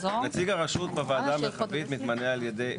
נציג הרשות בוועדה המרחבית מתמנה על ידי,